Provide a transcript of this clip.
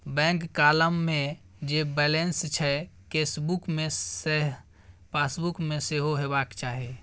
bank column मे जे balance छै केसबुक मे सैह पासबुक मे सेहो हेबाक चाही